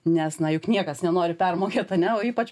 nes na juk niekas nenori permokėt ane o ypač